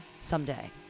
someday